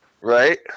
Right